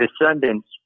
descendants